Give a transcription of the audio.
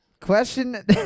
Question